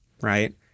right